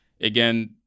again